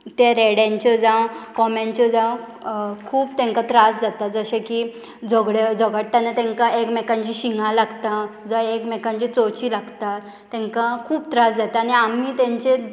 ते रेड्यांच्यो जावं कोम्यांच्यो जावं खूब तांकां त्रास जाता जशें की झगड झगडतना तांकां एकमेकांचीं शिंगां लागता जावं एकमेकांची चोंची लागता तेंकां खूब त्रास जाता आनी आमी तेंचे